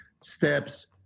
steps